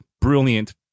brilliant